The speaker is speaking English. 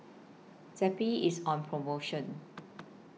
Zappy IS on promotion